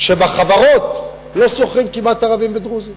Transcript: שבחברות לא שוכרים כמעט ערבים ודרוזים.